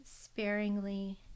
sparingly